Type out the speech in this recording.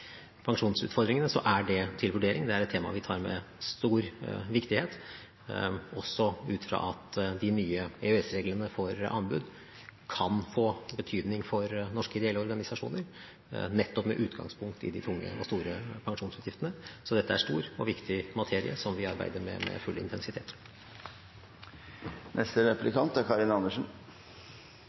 pensjonsutfordringene, er det til vurdering. Det er et tema som er av stor viktighet, også ut fra at de nye EØS-reglene for anbud kan få betydning for norske ideelle organisasjoner, nettopp med utgangspunkt i de tunge og store pensjonsutgiftene. Så dette er en stor og viktig materie, som vi arbeider med med full intensitet. Det er